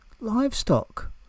livestock